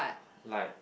like